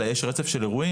אלא יש רצף של אירועים,